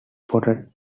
spotted